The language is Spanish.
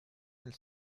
del